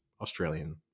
australian